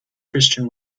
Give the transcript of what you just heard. christian